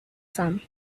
some